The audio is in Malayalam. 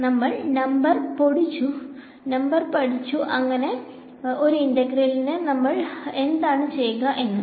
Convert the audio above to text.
നമ്മൾ നമ്പർ പാടിച്ചു ഇങ്ങനെ ഒരു ഇന്റഗ്രലിനെ നമ്മൾ എന്താണ് ചെയ്യുക എന്നു